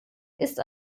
ist